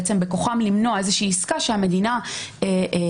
בעצם בכוחם למנוע איזושהי עסקה שהמדינה עומדת